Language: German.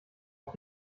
auf